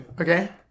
Okay